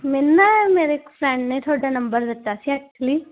ਮੈਨੂੰ ਨਾ ਮੇਰੇ ਇੱਕ ਫਰੈਂਡ ਨੇ ਤੁਹਾਡਾ ਨੰਬਰ ਦਿੱਤਾ ਸੀ ਐਕਚੁਲੀ